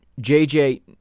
JJ